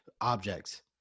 objects